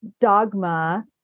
dogma